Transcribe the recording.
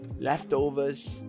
leftovers